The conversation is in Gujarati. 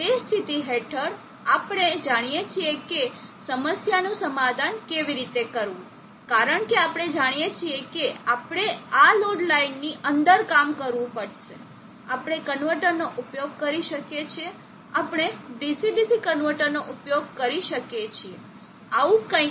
તે સ્થિતિ હેઠળ આપણે જાણીએ છીએ કે તે સમસ્યાનું સમાધાન કેવી રીતે કરવું કારણ કે આપણે જાણીએ છીએ કે આપણે આ લોડ લાઇનની અંદર કામ કરવું પડશે આપણે કન્વર્ટર નો ઉપયોગ કરી શકીએ છીએ આપણે DC DC કન્વર્ટરનો ઉપયોગ કરી શકીએ છીએ આવું કંઈક